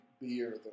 beer